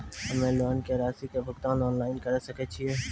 हम्मे लोन के रासि के भुगतान ऑनलाइन करे सकय छियै?